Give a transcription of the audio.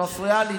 את מפריעה לי.